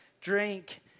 drink